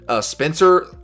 Spencer